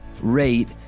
rate